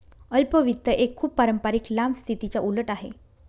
अल्प वित्त एक खूप पारंपारिक लांब स्थितीच्या उलट आहे